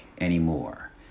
anymore